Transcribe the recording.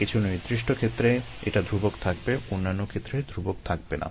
কিছু নির্দিষ্ট ক্ষেত্রে এটা ধ্রুবক থাকবে অন্যান্য ক্ষেত্রে ধ্রুবক থাকবে না